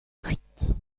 kuit